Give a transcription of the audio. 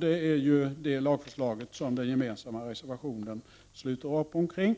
Det är det lagförslaget som fyra partier ställer sig bakom i den gemensamma